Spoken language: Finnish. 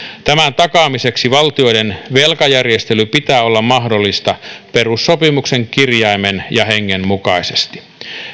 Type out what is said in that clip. tämän takaamiseksi valtioiden velkajärjestelyn pitää olla mahdollista perussopimuksen kirjaimen ja hengen mukaisesti